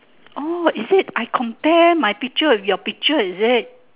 oh is it I compare my picture with your picture is it